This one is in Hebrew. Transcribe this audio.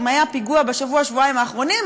אם היה פיגוע בשבוע-שבועיים האחרונים,